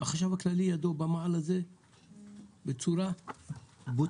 החשב הכללי, ידו במעל הזה בצורה בוטה.